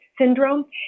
syndrome